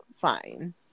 fine